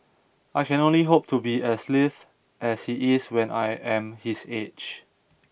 I can only hope to be as lithe as he is when I am his age